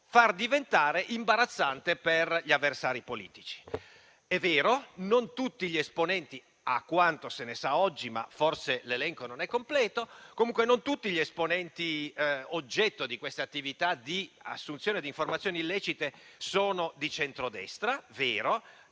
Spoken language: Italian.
far diventare imbarazzante per gli avversari politici. È vero che non tutti gli esponenti - a quanto se ne sa oggi, ma forse l'elenco non è completo - oggetto di questa attività di assunzione di informazioni illecite sono di centrodestra. Vero.